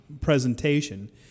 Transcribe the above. presentation